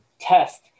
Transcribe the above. test